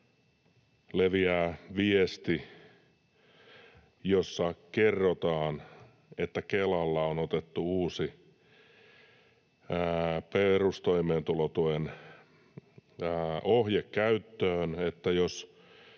leviää viesti, jossa kerrotaan, että Kelalla on otettu uusi perustoimeentulotuen ohje käyttöön: